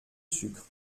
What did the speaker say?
sucre